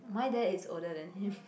my dad is older than him